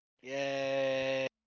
Yay